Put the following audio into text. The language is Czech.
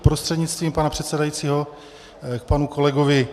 Prostřednictvím pana předsedajícího k panu kolegovi.